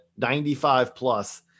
95-plus